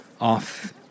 off